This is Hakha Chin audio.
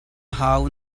hau